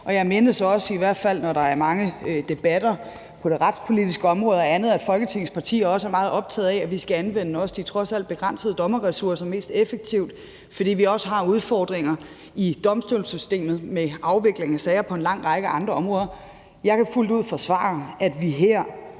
også, i hvert fald når der er mange debatter på det retspolitiske område og andet, at Folketingets partier også er meget optaget af, at vi også skal anvende de trods alt begrænsede dommerressourcer mest effektivt, fordi vi har udfordringer i domstolssystemet med afvikling af sager på en lang række andre områder. Jeg kan fuldt ud forsvare, at vi her